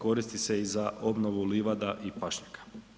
Koristi se i za obnovu livada i pašnjaka.